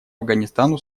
афганистану